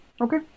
Okay